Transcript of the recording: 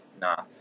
Nah